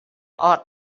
ought